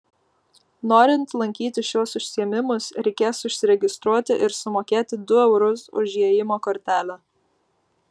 norint lankyti šiuos užsiėmimus reikės užsiregistruoti ir sumokėti du eurus už įėjimo kortelę